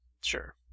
Sure